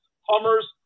Hummers